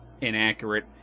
inaccurate